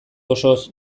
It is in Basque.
osoz